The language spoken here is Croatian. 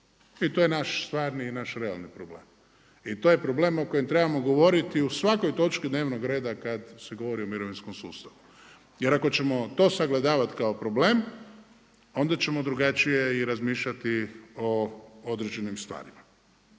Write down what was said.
I to je naš stvarni i naš realni problem. I to je problem o kojem trebamo govoriti u svakoj točki dnevnog reda kada se govori o mirovinskom sustavu. Jer ako ćemo to sagledavati kao problem onda ćemo drugačije i razmišljati o određenim stvarima.